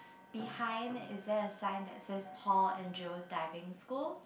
behind is there a sign that says Paul and Joe's Diving School